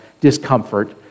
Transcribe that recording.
discomfort